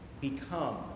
become